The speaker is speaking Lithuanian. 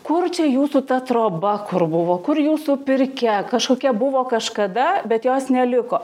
kur čia jūsų ta troba kur buvo kur jūsų pirkia kažkokia buvo kažkada bet jos neliko